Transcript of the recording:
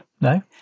No